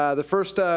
um the first